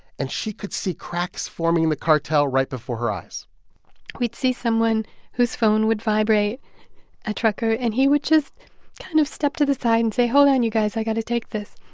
and she could see cracks forming in the cartel right before her eyes we'd see someone whose phone would vibrate a trucker and he would just kind of step to the side and say, hold on you guys. i got to take this.